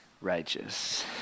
Righteous